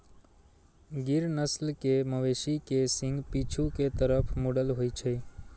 गिर नस्ल के मवेशी के सींग पीछू के तरफ मुड़ल होइ छै